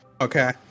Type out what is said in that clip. Okay